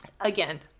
Again